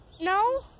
No